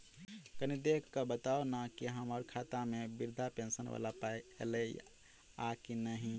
कनि देख कऽ बताऊ न की हम्मर खाता मे वृद्धा पेंशन वला पाई ऐलई आ की नहि?